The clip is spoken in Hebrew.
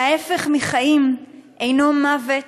וההפך מחיים אינו מוות,